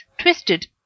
twisted